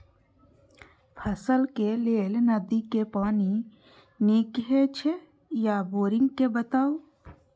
फसलक लेल नदी के पानी नीक हे छै या बोरिंग के बताऊ?